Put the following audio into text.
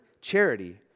charity